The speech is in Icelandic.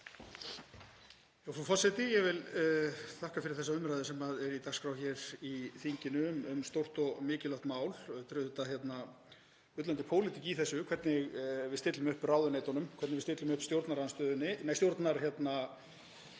Frú forseti. Ég vil þakka fyrir þessa umræðu sem er á dagskrá hér í þinginu um stórt og mikilvægt mál. Það er auðvitað bullandi pólitík í þessu, hvernig við stillum upp ráðuneytunum, hvernig við stillum upp stjórnarandstöðunni — nei, stjórnarmálefnunum